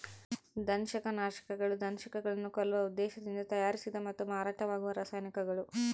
ದಂಶಕನಾಶಕಗಳು ದಂಶಕಗಳನ್ನು ಕೊಲ್ಲುವ ಉದ್ದೇಶದಿಂದ ತಯಾರಿಸಿದ ಮತ್ತು ಮಾರಾಟವಾಗುವ ರಾಸಾಯನಿಕಗಳು